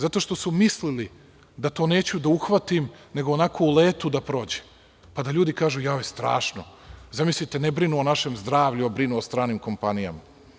Zato što su mislili da to neću da uhvatim nego onako u letu da prođe, pa da ljudi kažu – strašno, zamislite ne brinu o našem zdravlju, a brinu o stranim kompanijama.